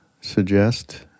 suggest